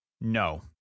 No